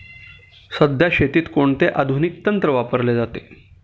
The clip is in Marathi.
सध्या शेतीत कोणते आधुनिक तंत्र वापरले जाते?